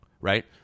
right